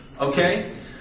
Okay